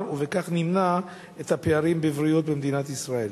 ובכך נמנע את הפערים בבריאות במדינת ישראל?